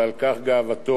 ועל כך גאוותו,